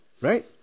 Right